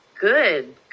good